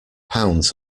pounds